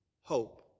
hope